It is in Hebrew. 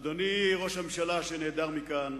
אדוני ראש הממשלה שנעדר מכאן,